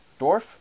Dwarf